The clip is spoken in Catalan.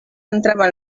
entrava